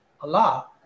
Allah